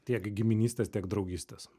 tiek giminystės tiek draugystės